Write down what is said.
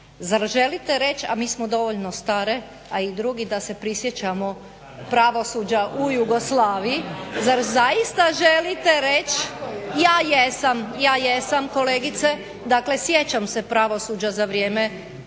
Zar želite reći, a mi smo dovoljno stare a i drugi da se prisjećamo pravosuđa u Jugoslaviji, zar zaista želite reći, ja jesam kolegice, dakle sjećam se pravosuđa za vrijeme